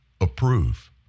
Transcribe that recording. approve